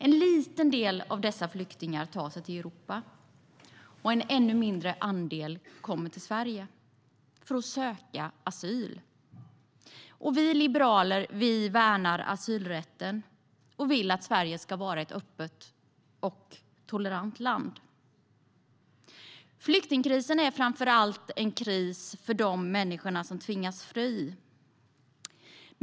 En liten del av dessa flyktingar tar sig till Europa, och en ännu mindre andel kommer till Sverige för att söka asyl. Vi liberaler värnar asylrätten och vill att Sverige ska vara ett öppet och tolerant land. Flyktingkrisen är framför allt en kris för de människor som tvingas fly.